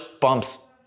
bumps